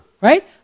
right